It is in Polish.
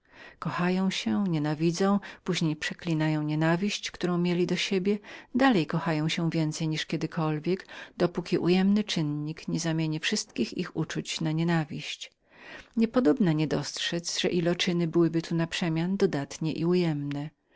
kochają się nienawidzą poźniej nienawidzą nienawiść którą mieli do siebie dalej kochają się więcej niż kiedykolwiek dopóki odjemny czynnik nie zamieni wszystkich ich uczuć na nienawiść niepodobna zatem nie poznać w tych przemianach kolejno działających potęg dodatnych i